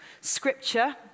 scripture